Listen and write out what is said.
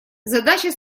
задача